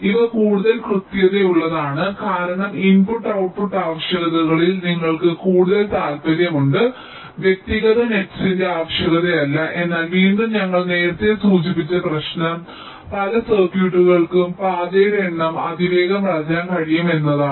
ഇവ കൂടുതൽ കൃത്യതയുള്ളതാണ് കാരണം ഇൻപുട്ട് ഔട്ട്പുട്ട് ആവശ്യകതകളിൽ നിങ്ങൾക്ക് കൂടുതൽ താൽപ്പര്യമുണ്ട് വ്യക്തിഗത നെറ്സ്സിന്റെ ആവശ്യകതയല്ല എന്നാൽ വീണ്ടും ഞങ്ങൾ നേരത്തെ സൂചിപ്പിച്ച പ്രശ്നം പല സർക്യൂട്ടുകൾക്കും പാതയുടെ എണ്ണം അതിവേഗം വളരാൻ കഴിയും എന്നതാണ്